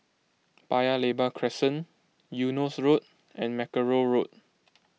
Paya Lebar Crescent Eunos Road and Mackerrow Road